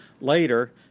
Later